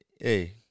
Hey